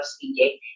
speaking